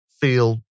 feel